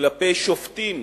כלפי שופטים